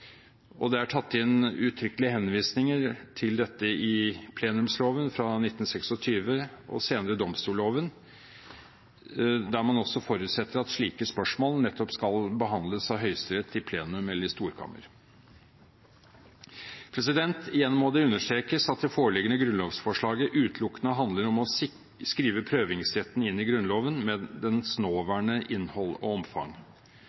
og det er tatt inn uttrykkelige henvisninger til dette i plenumsloven fra 1926, og senere domstolloven, der man forutsetter at slike spørsmål skal behandles av Høyesterett i plenum eller i storkammer. Igjen må det understrekes at det foreliggende grunnlovsforslaget utelukkende handler om å skrive prøvingsretten inn i Grunnloven med dens nåværende innhold og omfang.